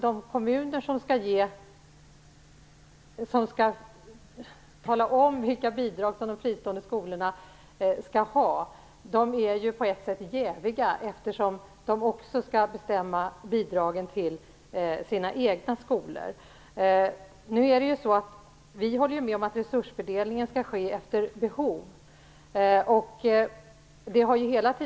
De kommuner som skall tala om vilka bidrag de fristående skolorna skall ha är på ett sätt jäviga, eftersom de också skall bestämma om bidragen till sina egna skolor. Vi håller med om att resursfördelningen skall göras efter behov.